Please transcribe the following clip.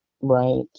Right